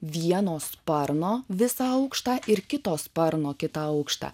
vieno sparno visą aukštą ir kito sparno kitą aukštą